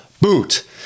boot